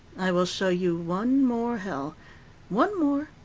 i will show you one more hell one more,